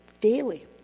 Daily